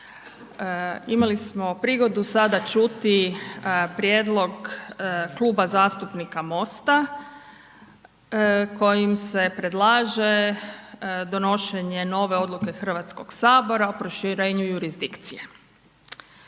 imali smo prigodu sada čuti prijedlog Kluba zastupnika MOST-a kojim se predlaže donošenje nove odluke HS o proširenju jurisdikcije.